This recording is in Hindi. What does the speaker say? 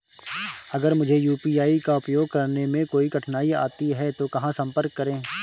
अगर मुझे यू.पी.आई का उपयोग करने में कोई कठिनाई आती है तो कहां संपर्क करें?